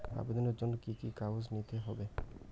আবেদনের জন্য কি কি কাগজ নিতে হবে?